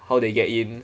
how they get in